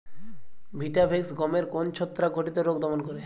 Vitavax গমের কোন ছত্রাক ঘটিত রোগ দমন করে?